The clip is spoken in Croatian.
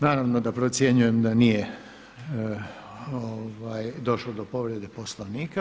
Naravno da procjenjujem da nije došlo do povrede Poslovnika.